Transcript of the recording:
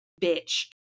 bitch